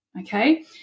okay